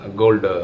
gold